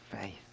faith